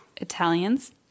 Italians